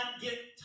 get